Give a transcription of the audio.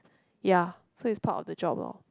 ya so it's part of the job loh